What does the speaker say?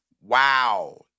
Wow